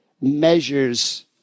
measures